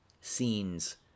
scenes